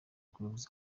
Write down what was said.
groove